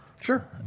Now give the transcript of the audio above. Sure